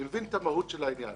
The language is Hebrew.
אני מבין את המהות של העניין.